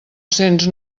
cents